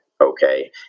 okay